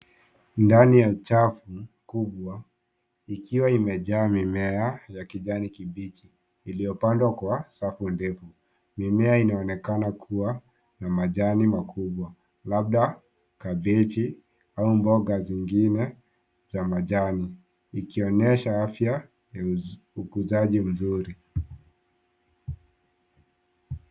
Ndani ya trafu kubwa ikiwa imejaa mimia ya kijani kibichi iliyopandwa kwa safu ndefu. Mimea inaonekana kuwa na majani makubwa labda kabeji au mboga zingine za majani ikionyesha afya na ukuzaji mzuri.